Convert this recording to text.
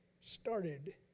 started